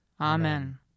Amen